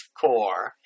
core